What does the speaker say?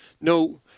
no